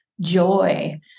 joy